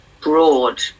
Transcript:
broad